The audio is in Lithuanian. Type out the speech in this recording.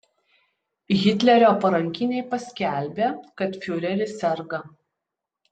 hitlerio parankiniai paskelbė kad fiureris serga